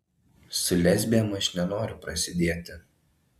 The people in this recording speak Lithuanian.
su lesbėm aš nenoriu prasidėti